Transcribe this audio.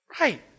Right